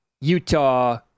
Utah